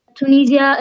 Tunisia